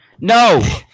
No